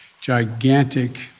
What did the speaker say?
gigantic